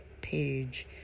page